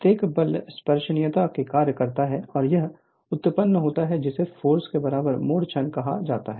प्रत्येक बल स्पर्शनीयता से कार्य करता है और वह उत्पन्न होता है जिसे फोर्स के बराबर मोड़ क्षण कहा जाता है